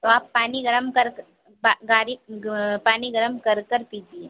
तो आप पानी गर्म करके ग पानी गर्म कर कर पीजिए